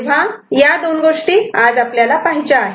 तेव्हा या दोन गोष्टी आज आपल्याला पहायच्या आहेत